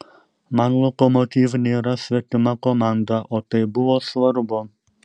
man lokomotiv nėra svetima komanda o tai buvo svarbu